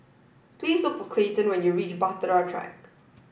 please look for Clayton when you reach Bahtera Track